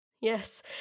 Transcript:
Yes